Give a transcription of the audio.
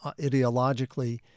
ideologically